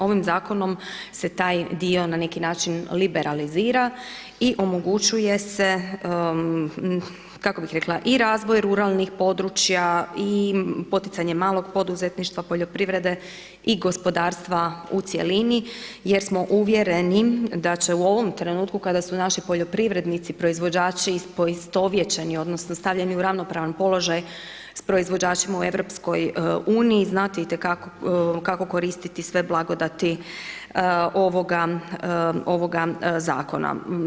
Ovim zakonom se taj dio na neki način liberalizira i omogućuje se, kako bih rekla, i razvoj ruralnih područja i poticanje malog poduzetništva, poljoprivrede i gospodarstva i cjelini jer smo uvjereni da će u ovom trenutku kada su naši poljoprivrednici proizvođači poistovjećeni odnosno stavljeni z ravnopravan položaj sa proizvođačima u EU-u, znati itekako koristiti sve blagodati ovoga zakona.